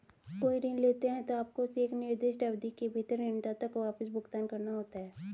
कोई ऋण लेते हैं, तो आपको उसे एक निर्दिष्ट अवधि के भीतर ऋणदाता को वापस भुगतान करना होता है